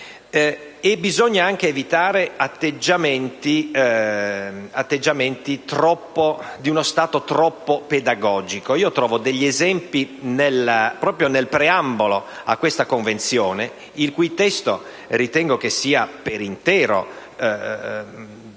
Bisogna anche evitare atteggiamenti propri di uno Stato troppo pedagogico. Trovo degli esempi proprio nel preambolo di questa Convenzione, il cui testo ritengo sia per intero non